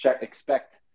expect